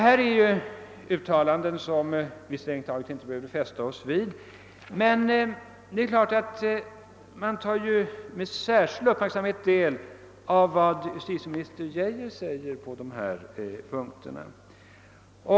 Sådana uttalanden behövde vi strängt taget inte fästa oss vid, men man tar dock med särskild uppmärksamhet del av vad justitieministern säger i det fallet.